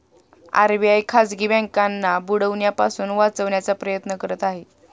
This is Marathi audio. आर.बी.आय खाजगी बँकांना बुडण्यापासून वाचवण्याचा प्रयत्न करत आहे